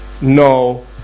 No